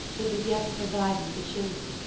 it was yet provided with a chimney,